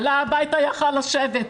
עלה הביתה ויכול היה לשבת.